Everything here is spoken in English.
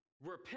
Repent